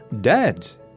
Dads